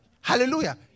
Hallelujah